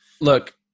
Look